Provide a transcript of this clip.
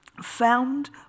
found